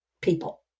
people